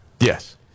Yes